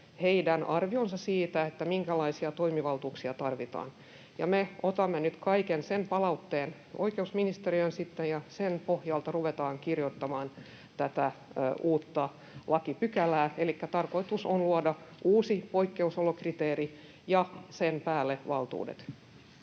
heidän arvionsa siitä, minkälaisia toimivaltuuksia tarvitaan. Ja me otamme nyt kaiken sen palautteen oikeusministeriöön sitten, ja sen pohjalta ruvetaan kirjoittamaan tätä uutta lakipykälää, elikkä tarkoitus on luoda uusi poikkeusolokriteeri ja sen päälle valtuudet.